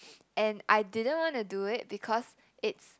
and I didn't wanna do it because it's